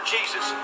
Jesus